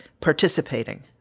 participating